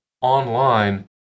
online